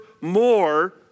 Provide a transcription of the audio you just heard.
more